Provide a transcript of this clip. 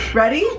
ready